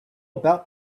about